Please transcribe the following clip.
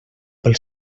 pel